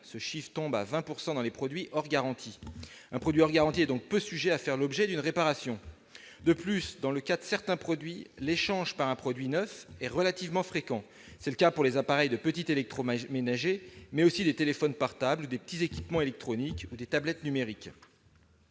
Ce taux tombe à 20 % pour les produits hors garantie. Un produit hors garantie est donc peu susceptible de faire l'objet d'une réparation. De plus, pour certains matériels, le remplacement par un produit neuf est relativement fréquent. C'est le cas pour les appareils de petit électroménager, mais aussi les téléphones portables, les petits équipements électroniques ou encore les tablettes numériques.